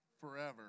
forever